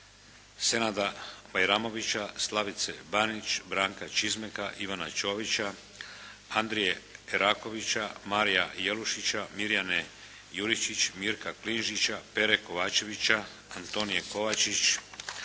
Senada Bajramovića, Slavice Banić, Branka Čizmeka, Ivana Čovića, Andrije Erakovića, Marija Jelušića, Mirjane Jurišić, Mirka Klinžića, Pere Kovačevića, Antonije Kovačić,